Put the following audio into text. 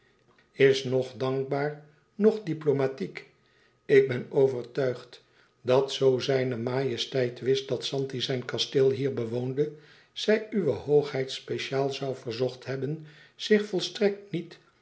is noch dankbaar noch diplomatiek ik ben overtuigd dat zoo zijne majesteit wist dat zanti zijn kasteel hier bewoonde zij uwe hoogheid speciaal zoû verzocht hebben zich volstrekt niet